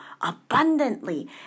abundantly